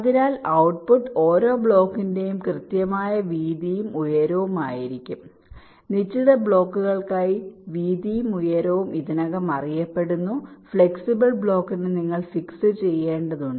അതിനാൽ ഔട്ട്പുട്ട് ഓരോ ബ്ലോക്കിന്റെയും കൃത്യമായ വീതിയും ഉയരവും ആയിരിക്കും നിശ്ചിത ബ്ലോക്കുകൾക്കായി വീതിയും ഉയരവും ഇതിനകം അറിയപ്പെടുന്നു ഫ്ലെക്സിബിൾ ബ്ലോക്കിന് നിങ്ങൾ ഫിക്സ് ചെയ്യേണ്ടതുണ്ട്